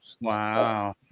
Wow